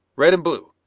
red and blue.